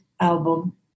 album